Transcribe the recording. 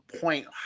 point